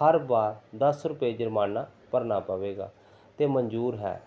ਹਰ ਵਾਰ ਦਸ ਰੁਪਏ ਜੁਰਮਾਨਾ ਭਰਨਾ ਪਵੇਗਾ ਅਤੇ ਮਨਜ਼ੂਰ ਹੈ